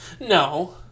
no